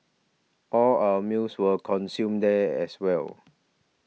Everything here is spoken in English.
all our meals were consumed there as well